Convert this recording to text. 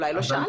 אולי לא שאלת.